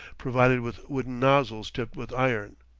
provided with wooden nozzles tipped with iron.